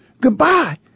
Goodbye